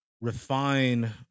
refine